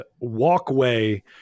walkway